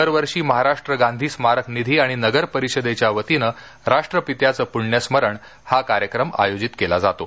दरवर्षी महाराष्ट्र गांधी स्मारक निधी आणि नगर परिषदेच्या वतीनं राष्ट्रपित्याचं प्ण्यस्मरण हा कार्यक्रम आयोजित केला जातो